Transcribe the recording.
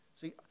See